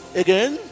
again